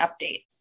updates